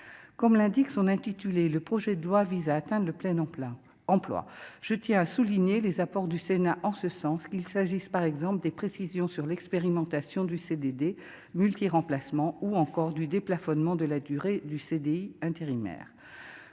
comme l'indique son intitulé le projet de loi vise à atteindre le plein en plein emploi, je tiens à souligner les apports du Sénat en ce sens qu'il s'agisse par exemple des précisions sur l'expérimentation du CDD multi- remplacements ou encore du déplafonnement de la durée du CDI intérimaires